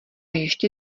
ještě